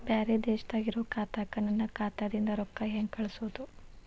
ಬ್ಯಾರೆ ದೇಶದಾಗ ಇರೋ ಖಾತಾಕ್ಕ ನನ್ನ ಖಾತಾದಿಂದ ರೊಕ್ಕ ಹೆಂಗ್ ಕಳಸೋದು?